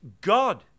God